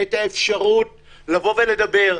או אפשרות לבוא ולדבר,